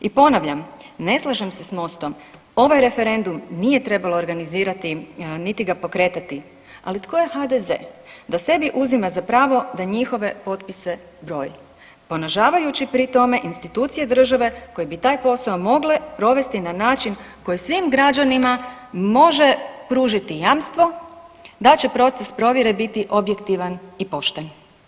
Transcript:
I ponavljam, ne slažem se s Mostom, ovaj referendum nije trebalo organizirati, niti ga pokretati, ali tko je HDZ da sebi uzima za pravo da njihove potpise broji ponižavajući pri tome institucije države koje bi taj posao mogle provesti na način koji svim građanima može pružiti jamstvo da će proces provjere biti objektivan i pošten.